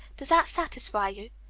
does that satisfy you?